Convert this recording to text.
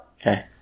Okay